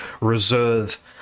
Reserve